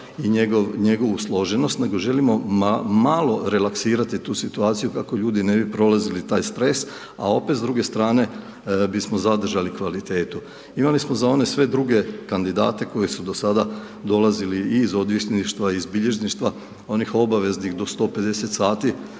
i njegovu složenost nego želimo malo relaksirati tu situaciju kako ljudi ne bi prolazili taj stres, a opet s druge strane bismo zadržali kvalitetu. Imali smo za one sve druge kandidate koji su do sada dolazili i iz odvjetništva i iz bilježništva, onih obaveznih do 150 sati